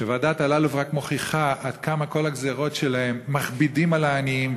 וועדת אלאלוף רק מוכיחה עד כמה כל הגזירות שלהם מכבידות על העניים,